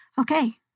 Okay